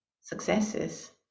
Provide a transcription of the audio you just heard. successes